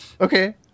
Okay